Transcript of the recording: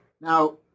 Now